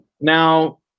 Now